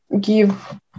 give